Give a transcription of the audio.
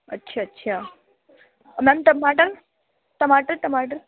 اچھا اچھا میم ٹماٹر ٹماٹر ٹماٹر